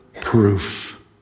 proof